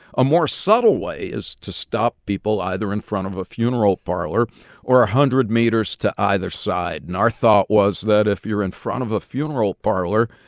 a more subtle way is to stop people either in front of a funeral parlor or a hundred meters to either side. and our thought was that if you're in front of a funeral parlor,